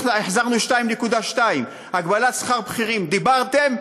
החזרנו 2.2. הגבלת שכר הבכירים דיברתם,